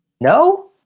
No